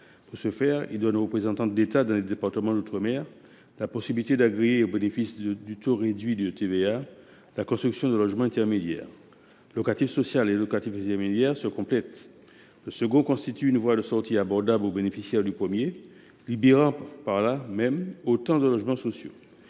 nous proposons de donner aux représentants de l’État dans les départements d’outre mer la possibilité d’agréer au bénéfice du taux réduit de TVA la construction de logements intermédiaires. Locatif social et locatif intermédiaire se complètent ; le second constitue une voie de sortie abordable pour le bénéficiaire du premier, libérant par là même autant de logements sociaux.